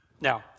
Now